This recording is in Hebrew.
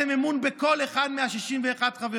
אתם מביעים אמון בכל אחד מ-61 החברים,